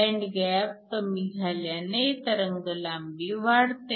band gap कमी झाल्याने तरंगलांबी वाढते